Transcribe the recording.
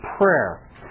prayer